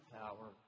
power